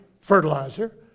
fertilizer